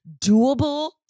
doable